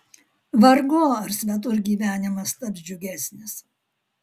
vargu ar svetur gyvenimas taps džiugesnis